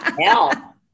hell